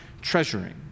treasuring